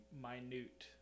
minute